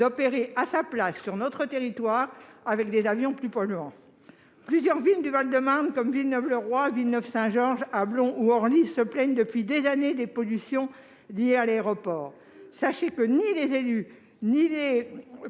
d'opérer à sa place sur notre territoire avec des avions plus polluants. Plusieurs villes du Val-de-Marne, dont Villeneuve-le-Roi, Villeneuve-Saint-Georges, Ablons ou Orly se plaignent depuis des années des pollutions liées à l'aéroport. Sachez que ni les élus, ni les